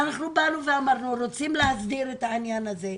ואנחנו באנו ואמרנו: אנחנו רוצים להסדיר את העניין הזה.